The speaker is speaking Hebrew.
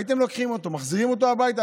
הייתם לוקחים אותו ומחזירים אותו הביתה,